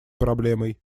проблемой